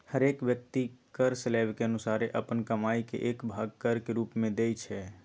हरेक व्यक्ति कर स्लैब के अनुसारे अप्पन कमाइ के एक भाग कर के रूप में देँइ छै